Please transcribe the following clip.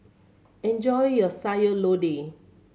enjoy your Sayur Lodeh